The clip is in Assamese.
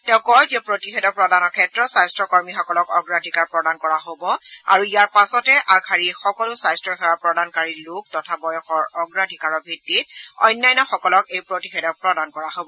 তেওঁ কয় যে প্ৰতিষেধক প্ৰদানৰ ক্ষেত্ৰত স্বাস্থকৰ্মীসকলক অগ্ৰাধিকাৰ প্ৰদান কৰা হ'ব আৰু ইয়াৰ পাছতে আগশাৰীৰ সকলো স্বাস্থ্য সেৱা প্ৰদানকাৰী লোক তথা বয়সৰ অগ্ৰাধিকাৰৰ ভিত্তিত অন্যান্যসকলক এই প্ৰতিষেধক প্ৰদান কৰা হ'ব